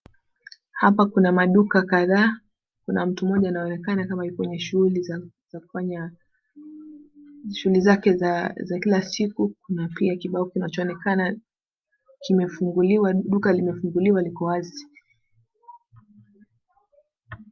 Hapa kuna maduka kadhaa. Kuna mtu mmoja anayeonekana kama yuko kwenye shughuli za kufanya shughli zake za kila siku, kuna pia kibao kinachoonekana kimefunguliwa, duka limefunguliwa liko wazi.